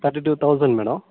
thirty two thousand madam